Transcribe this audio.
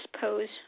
pose